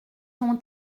ont